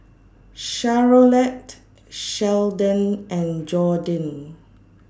Charolette Seldon and Jordyn